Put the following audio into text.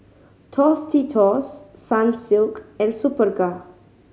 Tostitos Sunsilk and Superga